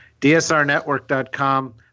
DSRNetwork.com